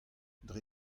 dre